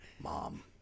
mom